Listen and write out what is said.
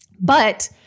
But-